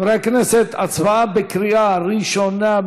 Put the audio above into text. חברי הכנסת, הצבעה בקריאה ראשונה.